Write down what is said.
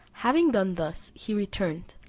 having done thus, he returned,